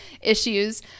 issues